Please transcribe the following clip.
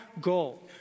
goal